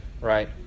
right